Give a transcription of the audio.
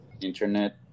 internet